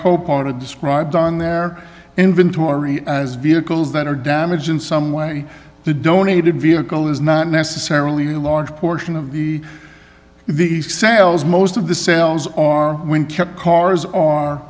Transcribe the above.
are described on their inventory as vehicles that are damaged in some way the donated vehicle is not necessarily a large portion of the the sales most of the sales are when kept cars are